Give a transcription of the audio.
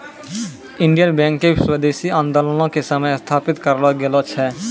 Indian Bank के स्वदेशी आन्दोलनो के समय स्थापित करलो गेलो छै